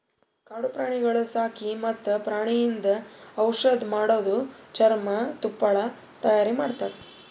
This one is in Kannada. ಕಾಡು ಪ್ರಾಣಿಗೊಳ್ ಸಾಕಿ ಮತ್ತ್ ಪ್ರಾಣಿಯಿಂದ್ ಔಷಧ್ ಮಾಡದು, ಚರ್ಮ, ತುಪ್ಪಳ ತೈಯಾರಿ ಮಾಡ್ತಾರ